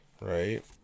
right